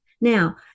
Now